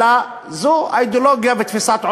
אלא זו האידיאולוגיה ותפיסת עולם.